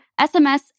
SMS